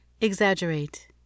exaggerate